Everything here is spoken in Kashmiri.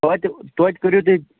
توٚتہِ توٚتہِ کٔرِو تُہۍ